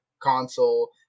console